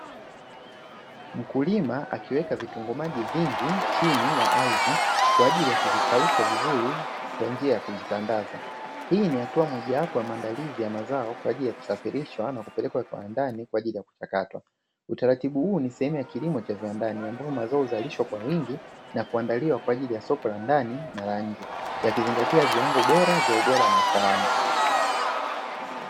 Mkulima akiweka vitunguu maji vingi, chini ya ardhi kwa ajili ya kuvikausha vizuri kwa njia ya kuvitandaza, hii ni hatua mojawapo ya maandalizi ya mazao, kwa ajili ya kusafirishwa na kupelekwa kiwandani kwa ajili ya kuchakatwa. Utaratibu huu ni sehemu ya kilimo cha viwandani, ambapo mazao huzalishwa kwa wingi na kuandaliwa kwa ajili ya soko la ndani na la nje, yakizingatia viwango bora vya ubora na usalama.